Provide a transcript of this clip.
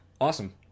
Awesome